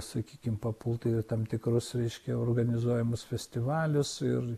sakykim papult į tam tikrus reiškia organizuojamus festivalius ir